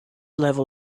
level